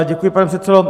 Děkuji, pane předsedo.